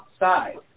outside